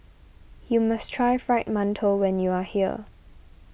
you must try Fried Mantou when you are here